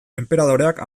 enperadoreak